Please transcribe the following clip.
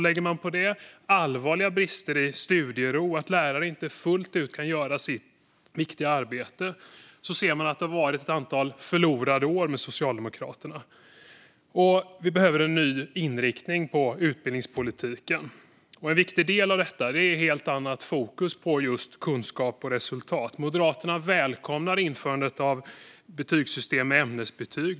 Lägger man på detta allvarliga brister i studiero och att lärare inte fullt ut kan utföra sitt viktiga arbete ser man att det har varit ett antal förlorade år med Socialdemokraterna. Vi behöver en ny inriktning på utbildningspolitiken. En viktig del i detta är ett helt annat fokus på just kunskap och resultat. Moderaterna välkomnar införandet av ett betygssystem med ämnesbetyg.